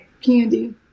Candy